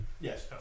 Yes